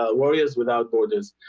ah warriors without borders.